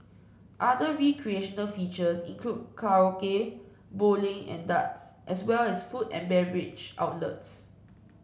other recreational features include karaoke bowling and darts as well as food and beverage outlets